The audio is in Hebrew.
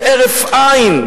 בהרף עין,